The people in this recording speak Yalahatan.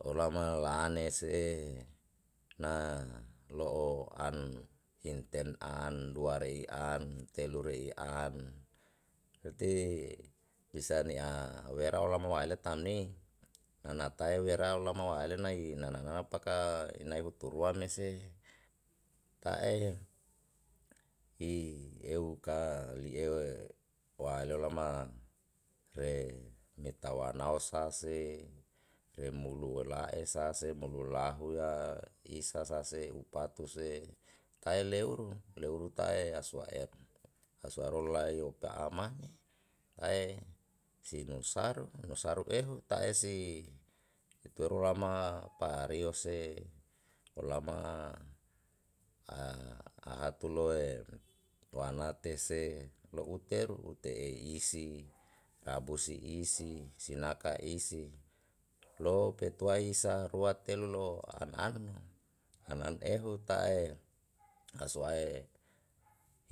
Olama la ane se na lo'o an inten an dua re'i an telu re'i an uti bisa ni a wera olama wa'a ele tam ni nana tae wera olama wa'a ele i nai nana nana paka inai huturua mese pa'e i eu ka li eu wa aleo lama re meta wanao sa se remulu lae sa se mulu lahu ya isa sa se upatu se kae leuru leuru tae aswa e aswa eru lae yopa ama ae sinu saru nusaru ehu tae si iteru rama pa rio se olama a ahatulo e wanate se lo'uteru ute i si rabusi isi sinaka isi lo petuai sa rua telu lo an an an an ehu tae aswae